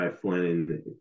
Flynn